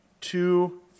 two